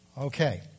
Okay